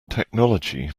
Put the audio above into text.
technology